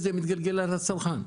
זה מתגלגל על הצרכן.